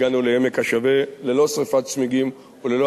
הגענו לעמק השווה ללא שרפת צמיגים וללא